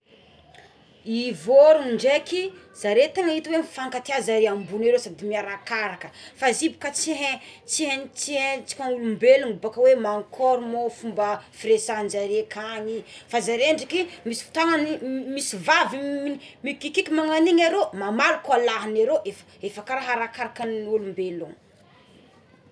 I vorogno ndraiky zareo tena ita hoe tegna mifakatia zareo ambony aroa sady miarakaraka fa izy bôka tsy hein tsy hein tsy haintsika olombelogno bôka hoe mankôry moa fomba firesahanjareo kany fa zareo ndreky misy fotoagnagny misy vaviny mikiky magnagno iny aroa mamaly koa ny lahiny aroa efa ka ararakaraka olombelona.